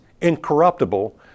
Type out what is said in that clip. incorruptible